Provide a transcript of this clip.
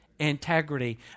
integrity